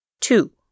Two